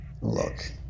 Look